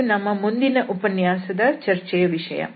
ಅದು ನಮ್ಮ ಮುಂದಿನ ಉಪನ್ಯಾಸದ ಚರ್ಚೆಯ ವಿಷಯ